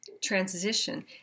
transition